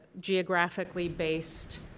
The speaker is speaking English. geographically-based